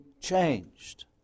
changed